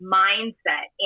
mindset